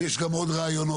ויש גם עוד רעיונות.